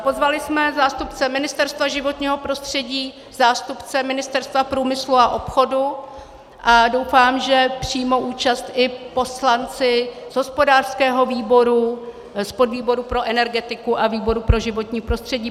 Pozvali jsme zástupce Ministerstva životního prostředí, zástupce Ministerstva průmyslu a obchodu a doufám, že přijmou účast i poslanci z hospodářského výboru, z podvýboru pro energetiku a výboru pro životní prostředí.